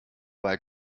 bei